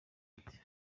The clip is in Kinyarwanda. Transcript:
ati